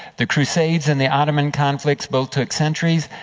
the crusades and the ottoman conflicts both took centuries.